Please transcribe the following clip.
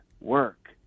work